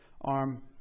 arm